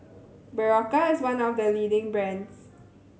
Berocca is one of the leading brands